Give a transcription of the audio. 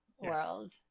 world